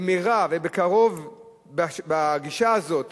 בגישה הזאת